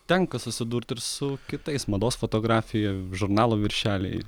tenka susidurt ir su kitais mados fotografija žurnalo viršeliai